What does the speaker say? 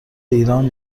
ایران